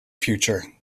future